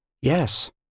Yes